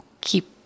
keep